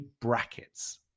brackets